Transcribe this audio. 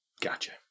Gotcha